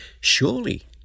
surely